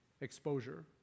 exposure